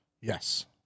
Yes